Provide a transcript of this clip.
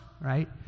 right